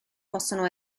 possono